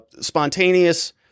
spontaneous